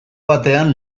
batean